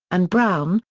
and brown,